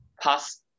pass